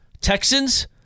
Texans